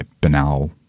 banal